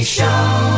Show